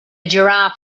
giraffe